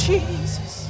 Jesus